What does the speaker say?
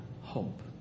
hope